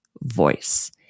voice